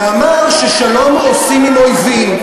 ואמר ששלום עושים עם אויבים.